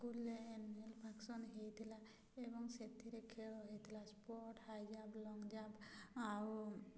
ସ୍କୁଲ୍ରେ annual function ହୋଇଥିଲା ଏବଂ ସେଥିରେ ଖେଳ ହୋଇଥିଲା sport high jump long jump ଆଉ